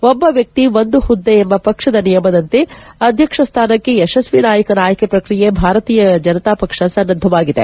ಒಬ್ಬ ವ್ಯಕ್ತಿ ಒಂದು ಹುದ್ದೆ ಎಂಬ ಪಕ್ಷದ ನಿಯಮದಂತೆ ಅಧ್ಯಕ್ಷ ಸ್ಥಾನಕ್ಕೆ ಯಶಸ್ವಿ ನಾಯಕನ ಆಯ್ತೆ ಪ್ರಕ್ರಿಯೆಗೆ ಭಾರತೀಯ ಜನತಾ ಪಕ್ಷ ಸನ್ನದ್ದವಾಗಿದೆ